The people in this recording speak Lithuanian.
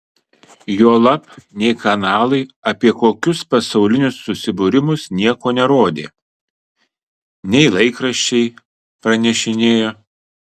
juolab nei kanalai apie kokius pasaulinius susibūrimus nieko nerodė nei laikraščiai pranešinėjo